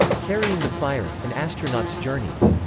carrying the fire an astronaut's journeys.